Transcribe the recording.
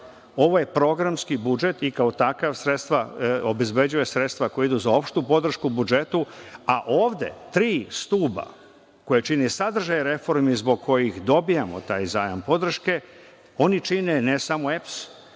Ovo je programski budžet i kao takav obezbeđuje sredstva koja idu za opštu podršku budžetu, a ovde tri stuba, koja čine sadržaj reformi zbog kojih dobijamo taj zajam podrške, oni čine ne samo EPS,